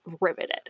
riveted